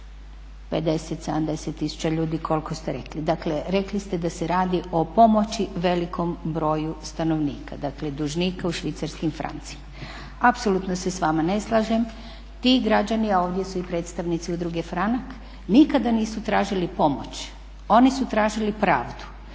50, 70 tisuća ljudi koliko ste rekli. dakle rekli ste da se radi o pomoći velikom broju stanovnika dakle dužnika u švicarskim francima. Apsolutno se s vama ne slažem. Ti građani, a ovdje su predstavnici Udruge "Franak" nikada nisu tražili pomoć, oni su tražili pravdu.